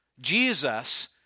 Jesus